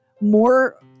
more